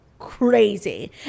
crazy